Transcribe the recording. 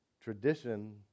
tradition